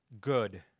good